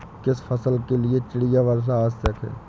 किस फसल के लिए चिड़िया वर्षा आवश्यक है?